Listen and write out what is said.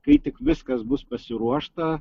kai tik viskas bus pasiruošta